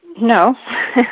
No